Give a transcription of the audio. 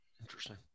Interesting